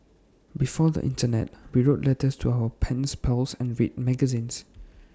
before the Internet we wrote letters to our pen pals and read magazines